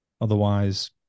otherwise